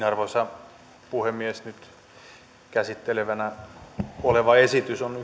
arvoisa puhemies nyt käsiteltävänä oleva esitys on